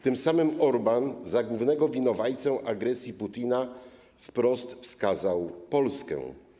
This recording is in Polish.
Tym samym Orbán jako głównego winowajcę agresji Putina wprost wskazał Polskę.